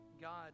God